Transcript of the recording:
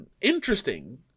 Interesting